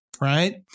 right